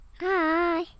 Hi